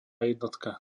jednotka